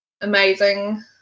amazing